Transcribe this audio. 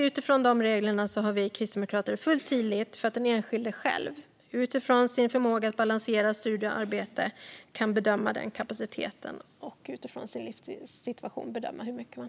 Utifrån de reglerna har vi kristdemokrater full tillit till att den enskilde har förmåga att balansera studier och arbete och bedöma sin egen kapacitet och livssituation.